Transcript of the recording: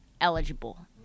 eligible